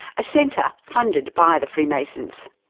a centre funded by the freemasons.